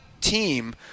team